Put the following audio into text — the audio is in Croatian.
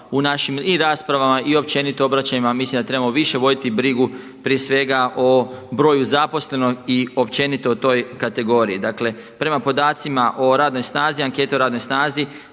i našim raspravama i općenito obraćanjima mislim da trebamo više voditi brigu prije svega o broju zaposlenih i općenito u toj kategoriji. Dakle prema podacima o radnoj snazi anketi o radnoj snazi